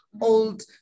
old